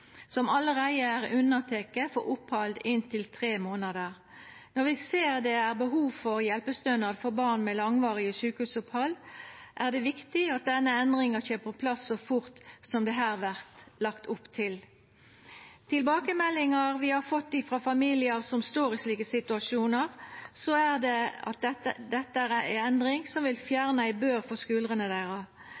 som allereie er unnatekne for opphald inntil tre månader. Når vi ser det er behov for hjelpestønad for barn med langvarige sjukehusopphald, er det viktig at denne endringa kjem på plass så fort som det her vert lagt opp til. Tilbakemeldingar vi har fått frå familiar som står i slike situasjonar, er at dette er ei endring som vil fjerna ei bør frå skuldrene deira.